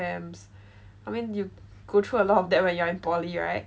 I mean you go through a lot of that when you are in poly right